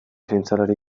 zientzialari